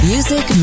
Music